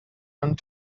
and